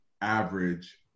average